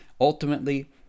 Ultimately